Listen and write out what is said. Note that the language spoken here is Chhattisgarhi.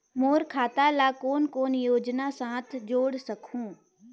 मोर खाता ला कौन कौन योजना साथ जोड़ सकहुं?